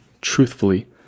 truthfully